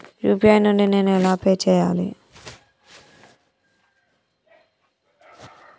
UPI నుండి నేను ఎలా పే చెయ్యాలి?